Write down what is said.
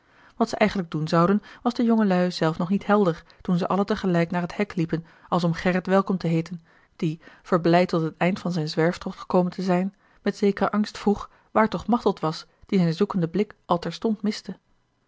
wat ze eigenlijk doen zouden was de jongelui zelf nog niet helder toen ze allen te gelijk naar het hek liepen als om gerrit welkom te heeten die verblijd tot het eind van zijn zwerftocht gekomen te zijn met zekeren angst vroeg waar toch machteld was die zijn zoekende blik al terstond miste